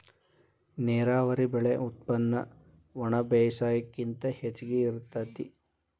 ನೇರಾವರಿ ಬೆಳೆ ಉತ್ಪನ್ನ ಒಣಬೇಸಾಯಕ್ಕಿಂತ ಹೆಚಗಿ ಇರತತಿ